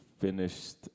finished